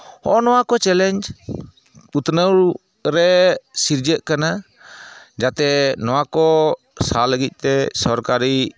ᱦᱚᱸᱜᱼᱚ ᱱᱟ ᱠᱚ ᱪᱮᱞᱮᱧᱡᱽ ᱩᱛᱱᱟᱹᱣ ᱨᱮ ᱥᱤᱨᱡᱟᱹᱜ ᱠᱟᱱᱟ ᱡᱟᱛᱮ ᱱᱚᱣᱟ ᱠᱚ ᱥᱟᱦᱟ ᱞᱟᱹᱜᱤᱫ ᱛᱮ ᱥᱚᱨᱠᱟᱨᱤ